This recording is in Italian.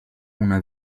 una